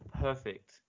perfect